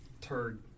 turd